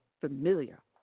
familiar